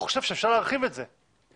והוא חושב שאפשר להרחיב את זה.